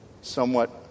somewhat